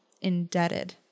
indebted